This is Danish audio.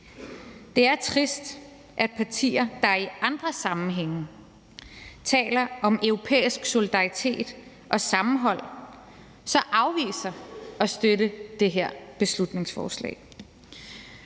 Det er trist, at partier, der i andre sammenhænge taler om europæisk solidaritet og sammenhold, afviser at støtte det her beslutningsforslag.